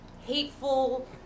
hateful